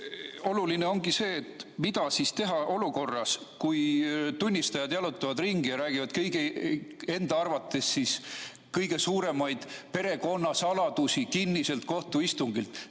Oluline ongi see, et mida siis teha olukorras, kui tunnistajad jalutavad ringi ja räägivad enda arvates kõige suuremaid perekonnasaladusi kinniselt kohtuistungilt.